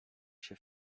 się